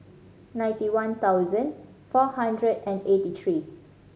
ninety one thousand four hundred and eighty three